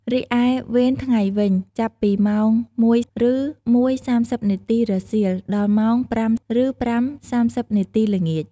រីឯវេនថ្ងៃវិញ ចាប់ពីម៉ោង ១:០០ ឬ១:៣០ នាទីរសៀល ដល់ម៉ោង ៥:០០ឬ៥:៣០នាទីល្ងាច។